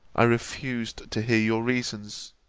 i refused to hear your reasons